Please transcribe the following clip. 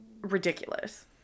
ridiculous